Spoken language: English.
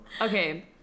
Okay